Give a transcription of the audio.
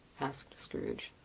asked scrooge.